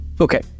Okay